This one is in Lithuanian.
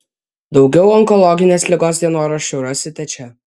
daugiau onkologinės ligos dienoraščių rasite čia